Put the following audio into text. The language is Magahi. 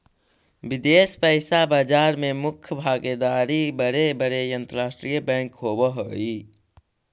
विदेश पइसा बाजार में मुख्य भागीदार बड़े बड़े अंतरराष्ट्रीय बैंक होवऽ हई